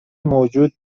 موجود